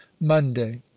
monday